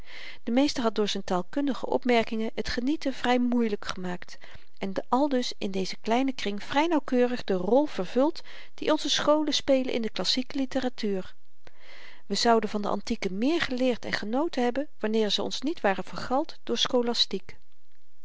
de meester had door z'n taalkundige opmerkingen t genieten vry moeielyk gemaakt en aldus in dezen kleinen kring vry nauwkeurig de rol vervuld die onze scholen spelen in de klassieke litteratuur we zouden van de antieken meer geleerd en genoten hebben wanneer ze ons niet waren vergald geworden door